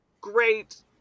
great